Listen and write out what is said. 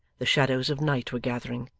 the shadows of night were gathering,